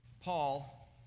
Paul